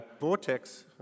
vortex